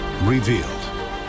revealed